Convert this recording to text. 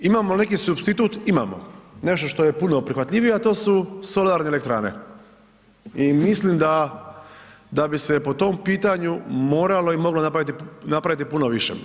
Imamo neki supstitut, imamo, nešto što je puno prihvatljivije, a to su solarne elektrane i mislim da bi se po tom pitanju moralo i moglo napraviti puno više.